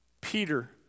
Peter